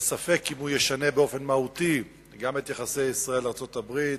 וספק אם הוא ישנה באופן מהותי גם את יחסי ישראל ארצות-הברית,